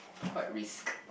quite risk